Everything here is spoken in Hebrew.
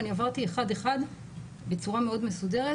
ואני עברתי אחד-אחד בצורה מאוד מסודרת,